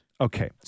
Okay